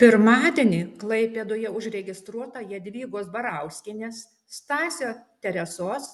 pirmadienį klaipėdoje užregistruota jadvygos barauskienės stasio teresos